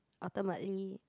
ultimately